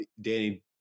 Danny